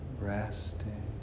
resting